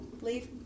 Leave